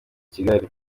kigali